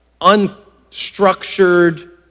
unstructured